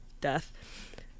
death